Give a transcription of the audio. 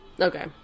Okay